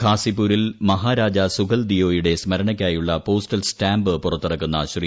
ഖാസിപ്പൂരിൽ മഹാരാജാ സുഹൽദിയോയുടെ സ്മരണയ്ക്കായുള്ള postal stamp പുറത്തിറക്കുന്ന ശ്രീ